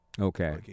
okay